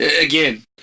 Again